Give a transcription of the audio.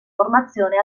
formazione